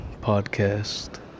podcast